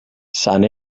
sant